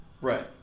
Right